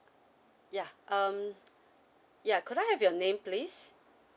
ya um ya could I have your name please